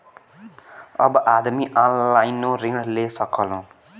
अब आदमी ऑनलाइनों ऋण ले सकलन